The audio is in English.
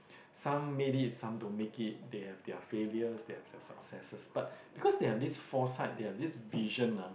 some made it some don't make it they have their failures they have their successes but because they have this foresight they have this vision ah